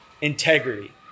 integrity